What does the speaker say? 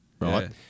right